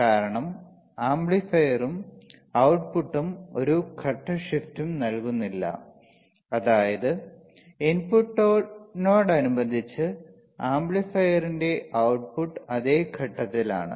കാരണം ആംപ്ലിഫയറും outputഉം ഒരു ഘട്ട ഷിഫ്റ്റും നൽകുന്നില്ല അതായത് ഇൻപുട്ടിനോടനുബന്ധിച്ച് ആംപ്ലിഫയറിന്റെ output അതേ ഘട്ടത്തിലാണ്